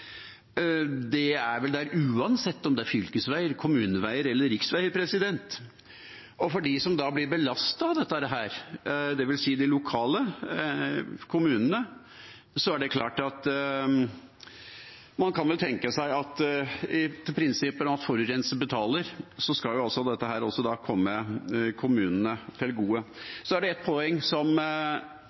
er vel der uansett om det er fylkesveier, kommuneveier eller riksveier, og de som blir belastet av dette, dvs. de lokale kommunene, kan vel tenke seg at når prinsippet er at forurenser betaler, skal dette også komme kommunene til gode. Så er det et poeng som